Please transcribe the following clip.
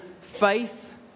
faith